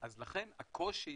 לכן הקושי